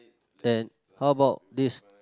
then how about this